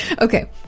okay